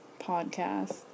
podcast